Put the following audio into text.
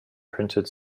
printed